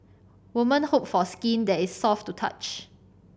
woman hope for skin that is soft to touch